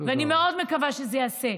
ואני מאוד מקווה שזה ייעשה.